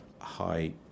high